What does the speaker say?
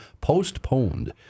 postponed